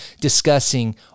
discussing